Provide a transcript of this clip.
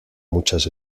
muchas